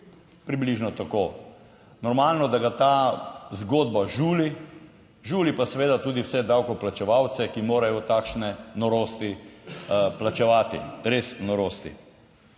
približno tako. Normalno, da ga ta zgodba žuli. Žuli pa seveda tudi vse davkoplačevalce, ki morajo takšne norosti plačevati, res norosti.